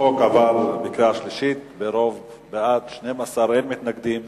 החוק עבר בקריאה שלישית, בעד היו 12, אין מתנגדים